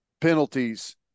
Penalties